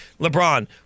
LeBron